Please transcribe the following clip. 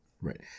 Right